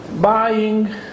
buying